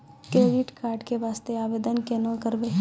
Credit card के वास्ते आवेदन केना करबै?